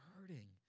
hurting